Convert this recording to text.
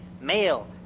male